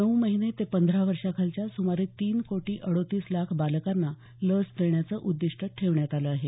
नऊ महिने ते पंधरा वर्षाखालच्या सुमारे तीन कोटी अडोतीस लाख बालकांना लस देण्याचं उद्दिष्ट ठेवण्यात आलं आहे